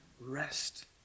Rest